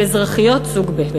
לאזרחיות סוג ב',